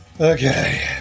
Okay